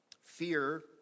Fear